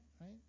right